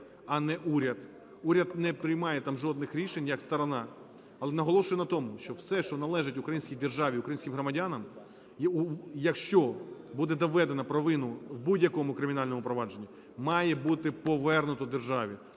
а не уряд, уряд не приймає там жодних рішень як сторона. Але наголошую на тому, що все, що належить українській державі, українським громадян, якщо буде доведено провину в будь-якому кримінальному проваджені, має бути повернуто державі.